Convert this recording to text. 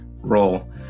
role